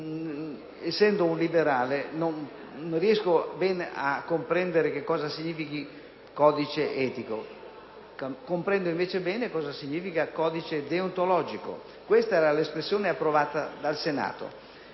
Essendo un liberale, non riesco a comprendere bene che cosa significhi «codice etico»: comprendo invece bene cosa significa «codice deontologico», e questa era l’espressione approvata dal Senato.